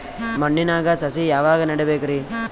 ಮಣ್ಣಿನಾಗ ಸಸಿ ಯಾವಾಗ ನೆಡಬೇಕರಿ?